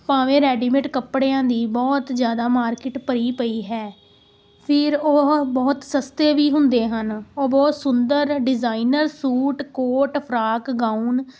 ਭਾਵੇਂ ਰੈਡੀਮੇਟ ਕੱਪੜਿਆਂ ਦੀ ਬਹੁਤ ਜ਼ਿਆਦਾ ਮਾਰਕੀਟ ਭਰੀ ਪਈ ਹੈ ਫਿਰ ਉਹ ਬਹੁਤ ਸਸਤੇ ਵੀ ਹੁੰਦੇ ਹਨ ਉਹ ਬਹੁਤ ਸੁੰਦਰ designer suit coat frock gown